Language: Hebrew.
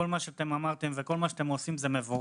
כל מה שאתם אמרתם וכל מה שאתם עושים זה מבורך.